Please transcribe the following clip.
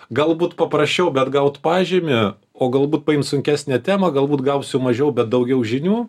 galbūt paprasčiau bet gaut pažymį o galbūt paimt sunkesnę temą galbūt gausiu mažiau bet daugiau žinių